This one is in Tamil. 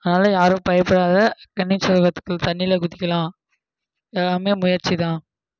அதனால் யாரும் பயப்பிடாத தண்ணியில குதிக்கலாம் எல்லாமே முயற்சி தான்